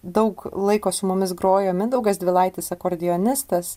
daug laiko su mumis grojo mindaugas dvylaitis akordeonistas